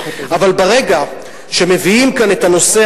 אבל ברגע שמביאים כאן את הנושא